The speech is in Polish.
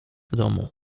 domu